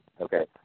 okay